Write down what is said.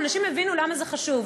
ואנשים הבינו למה זה חשוב.